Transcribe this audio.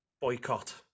boycott